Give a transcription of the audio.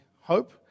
hope